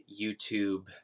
YouTube